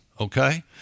okay